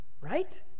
right